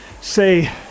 say